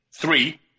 Three